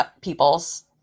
peoples